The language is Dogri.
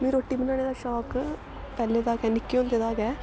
मिगी रुट्टी बनाने दा शौक पैह्लें दा गै निक्के होंदे दा गै